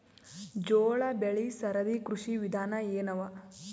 ಜೋಳ ಬೆಳಿ ಸರದಿ ಕೃಷಿ ವಿಧಾನ ಎನವ?